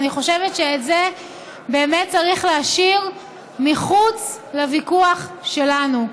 אני חושבת שאת זה באמת צריך להשאיר מחוץ לוויכוח שלנו.